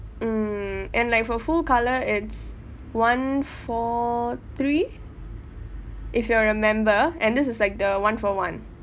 mm and like for full colour it's one four three if you are a member and this is like the one for one